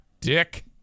dick